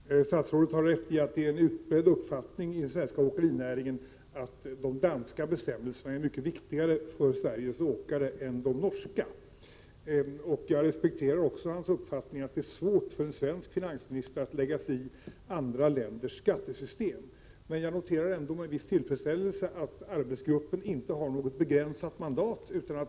Herr talman! Statsrådet har rätt i att det är en utbredd uppfattning i den 24 maj 1988 svenska åkerinäringen att de danska bestämmelserna är mycket viktigare för Sveriges åkerier än de norska. Jag respekterar också hans uppfattning om att det är svårt för en svensk finansminister att lägga sig i andra länders skattesystem. Jag noterar ändå med en viss tillfredsställelse att arbetsgruppen inte har något begränsat mandat.